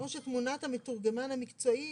"או שתמונת המתורגמן המקצועי